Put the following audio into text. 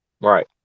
right